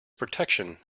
protection